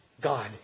God